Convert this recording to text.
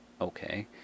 Okay